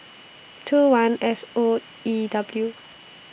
two one S O E W